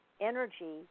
energy